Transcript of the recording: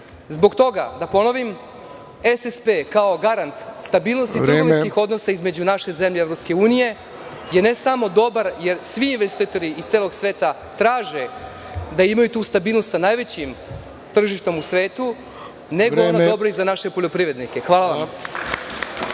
toga, da ponovim, SSP, kao garant stabilnosti trgovinskih odnosa između naše zemlje i EU, je ne samo dobar, jer svi investitori iz celog svega traže da imaju tu stabilnost sa najvećim tržištem u svetu, ona je dobra i za naše poljoprivrednike. Hvala vam.